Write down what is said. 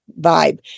vibe